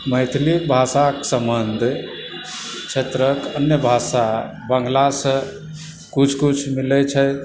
मैथिली भाषाक सम्बन्ध क्षेत्रक अन्य भाषा बङ्गलासँ किछु किछु मिलैत छै